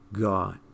God